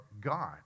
God